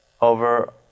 over